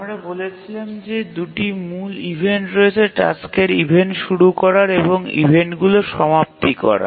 আমরা বলেছিলাম যে দুটি মূল ইভেন্ট রয়েছে টাস্কের ইভেন্ট শুরু করার এবং ইভেন্টগুলি সমাপ্তি করার